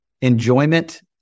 enjoyment